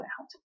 out